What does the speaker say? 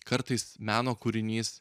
kartais meno kūrinys